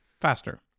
faster